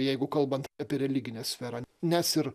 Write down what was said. jeigu kalbant apie religinę sferą nes ir